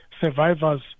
survivors